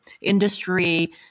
industry –